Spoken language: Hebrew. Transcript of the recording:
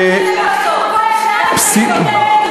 התקיפה אותו.